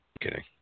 Kidding